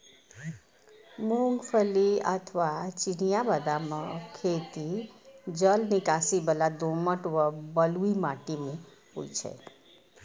मूंगफली अथवा चिनिया बदामक खेती जलनिकासी बला दोमट व बलुई माटि मे होइ छै